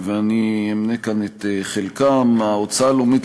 ואני אמנה כאן את חלקם: ההוצאה הלאומית